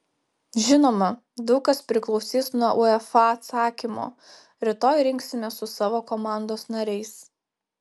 žinoma daug kas priklausys nuo uefa atsakymo rytoj rinksimės su savo komandos nariais